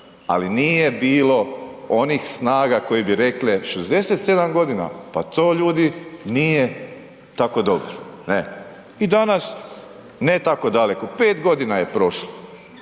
Ali nije bilo onih snaga koje bi rekle 67 g., pa to ljudi nije tako dobro, ne. I danas ne tako daleko, 5 g. je prošlo,